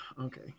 okay